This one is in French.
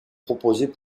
proposées